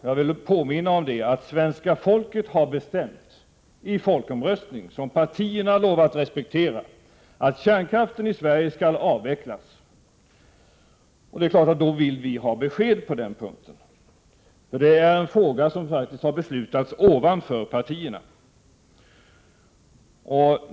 Jag vill påminna om att svenska folket i en folkomröstning, vars beslut partierna har lovat att respektera, faktiskt har bestämt att kärnkraften i Sverige skall avvecklas. Det är klart att vi därför vill ha besked på den punkten. Det är ju en sak som faktiskt har beslutats ovanför partierna.